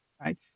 right